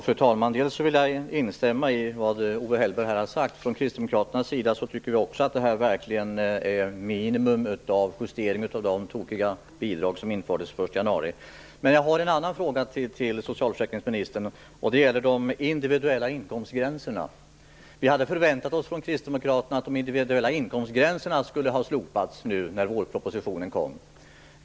Fru talman! Först vill jag instämma i det som Owe Hellberg här har sagt. Vi tycker också på kristdemokratiskt håll att detta är en minimal justering av de tokiga bidrag som infördes den 1 januari. Jag har en fråga till socialförsäkringsministern om de individuella inkomstgränserna. Vi hade från kristdemokraterna förväntat oss att dessa inkomstgränser skulle slopas i och med vårpropositionens förslag.